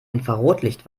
infrarotlicht